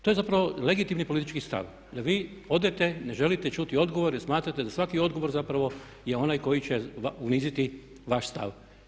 To je zapravo legitimni politički stav, da vi odete, ne želite čuti odgovore jer smatrate da svaki odgovor zapravo je onaj koji će uniziti vaš stav.